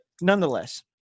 nonetheless